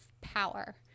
power